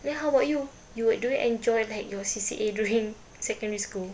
then how about you you do you enjoy like your C_C_A during secondary school